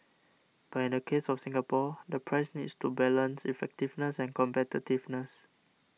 but in the case of Singapore the price needs to balance effectiveness and competitiveness